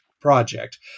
project